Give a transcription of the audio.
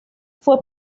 fue